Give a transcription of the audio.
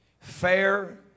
fair